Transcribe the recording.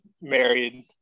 married